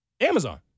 Amazon